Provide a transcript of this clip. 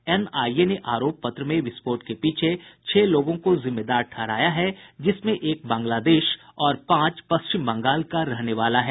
NIA ने आरोप पत्र में विस्फोट के पीछे छह लोगों को जिम्मेदार ठहराया है जिसमें एक बांग्लादेश और पांच पश्चिम बंगाल का रहने वाला है